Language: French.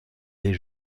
des